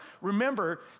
remember